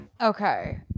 okay